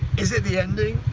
is it the ending?